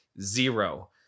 zero